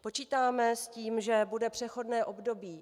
Počítáme s tím, že bude přechodné období.